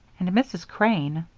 and mrs. crane,